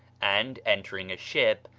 and, entering a ship,